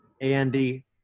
Andy